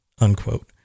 unquote